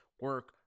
Work